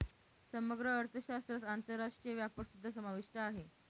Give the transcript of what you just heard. समग्र अर्थशास्त्रात आंतरराष्ट्रीय व्यापारसुद्धा समाविष्ट आहे